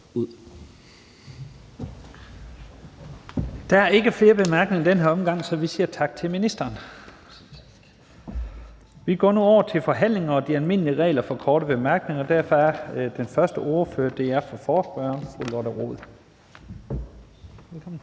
Der er ikke flere korte bemærkninger i den her omgang, så vi siger tak til ministeren. Vi går nu over til forhandlingen og de almindelige regler for korte bemærkninger. Derfor er den første taler ordføreren for forespørgerne, fru Lotte Rod. Velkommen.